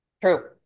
True